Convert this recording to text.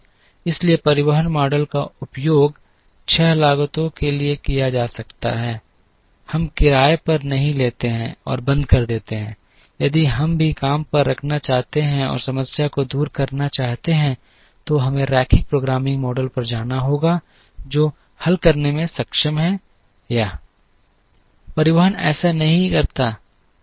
इसलिए परिवहन मॉडल का उपयोग छह लागतों के लिए किया जा सकता है हम किराए पर नहीं लेते हैं और बंद कर देते हैं यदि हम भी काम पर रखना चाहते हैं और समस्या को दूर करना चाहते हैं तो हमें रैखिक प्रोग्रामिंग मॉडल पर जाना होगा जो हल करने में सक्षम है यह परिवहन ऐसा नहीं करता है